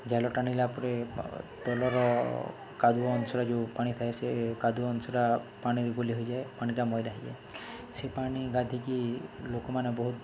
ଜାଲ ଟାଣିଲା ପରେ ତଲର କାଦୁଅ ଅଂଶର ଯୋଉ ପାଣି ଥାଏ ସେ କାଦୁଅ ଅଂଶର ପାଣିରେ ଗୁଲି ହୋଇଯାଏ ପାଣିଟା ମଇରା ହୋଇଯାଏ ସେ ପାଣି ଗାଧିକି ଲୋକମାନେ ବହୁତ